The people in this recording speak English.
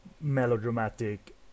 melodramatic